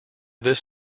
this